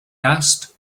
asked